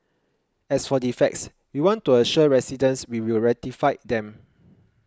as for defects we want to assure residents we will rectify them